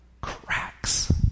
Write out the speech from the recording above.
cracks